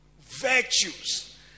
virtues